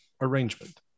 arrangement